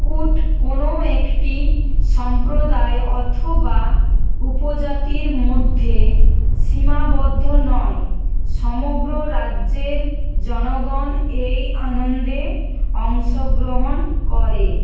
কুট কোনও একটি সম্প্রদায় অথবা উপজাতির মধ্যে সীমাবদ্ধ নয় সমগ্র রাজ্যের জনগণ এই আনন্দে অংশগ্রহণ করে